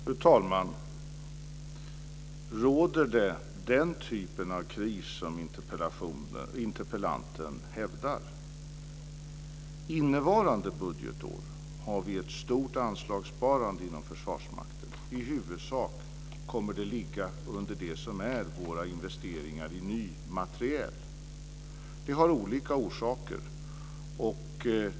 Fru talman! Råder den typ av kris som interpellanten hävdar? Innevarande budgetår har vi ett stort anslagssparande inom Försvarsmakten. I huvudsak kommer det att ligga under det som är våra investeringar i ny materiel. Det har olika orsaker.